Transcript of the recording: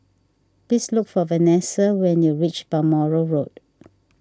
please look for Venessa when you reach Balmoral Road